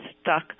stuck